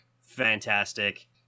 fantastic